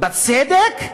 בצדק?